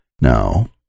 Now